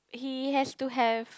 he has to have